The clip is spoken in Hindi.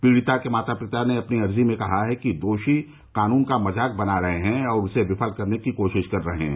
पीड़िता के माता पिता ने अपनी अर्जी में कहा है कि दोषी कानून का मजाक बना रहे हैं और उसे विफल करने की कोशिश कर रहे हैं